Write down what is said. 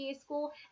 school